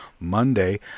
Monday